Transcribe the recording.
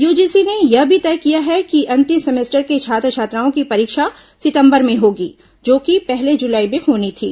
UGC ने यह भी तय किया है कि अंतिम सेमेस्टर के छात्र छात्राओं की परीक्षा सितंबर में होगी जो कि पहले जुलाई में होनी थी